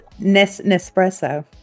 Nespresso